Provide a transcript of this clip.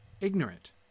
ignorant